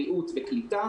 בריאות וקליטה